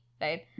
right